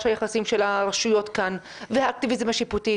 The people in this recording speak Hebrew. היחסים של הרשויות כאן והאקטיביזם השיפוטי